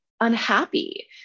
unhappy